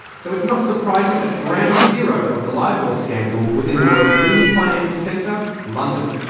so it's not surprising that ground zero of the libor scandal was in the world's leading financial centre, london.